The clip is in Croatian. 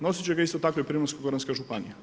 Nositi će ga isto tako i Primorsko-goranska županija.